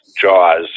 jaws